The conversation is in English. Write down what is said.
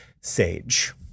sage